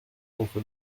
contre